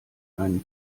einen